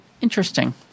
interesting